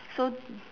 so